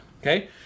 Okay